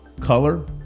color